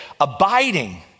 Abiding